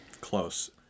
Close